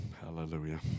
Hallelujah